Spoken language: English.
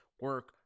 Work